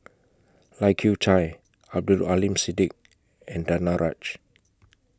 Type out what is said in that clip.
Lai Kew Chai Abdul Aleem Siddique and Danaraj